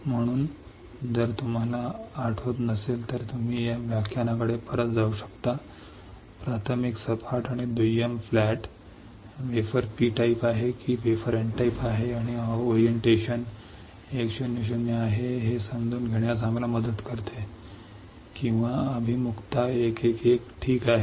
म्हणून जर तुम्हाला आठवत नसेल तर तुम्ही त्या व्याख्यानाकडे परत जाऊ शकता प्राथमिक फ्लॅट आणि दुय्यम फ्लॅट कसा आहे हे समजून घेण्यास आम्हाला मदत करते की वेफर पी टाइप आहे की वेफर एन टाइप आहे आणि ओरिएंटेशन 1 0 0 आहे का किंवा अभिमुखता 1 1 1 ठीक आहे